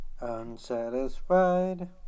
Unsatisfied